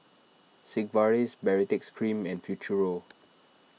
Sigvaris Baritex Cream and Futuro